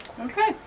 Okay